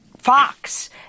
Fox